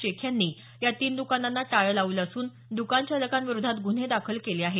शेख यांनी या तीन दुकानांना टाळे लावले असून दुकान चालकांविरोधात गुन्हे दाखल केले आहेत